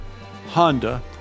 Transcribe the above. Honda